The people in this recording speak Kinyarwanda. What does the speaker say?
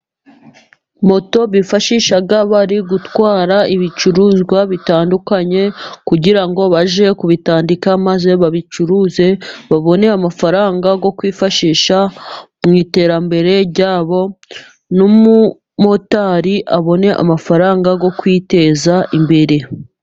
Moto bifashisha bari gutwara ibicuruzwa bitandukanye kugira ngo bajye kubitandika maze babicuruze babone amafaranga yo kwifashisha mu iterambere ryabo n'umumotari abone amafaranga yo kwiteza imbere.